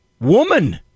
woman